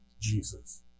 Jesus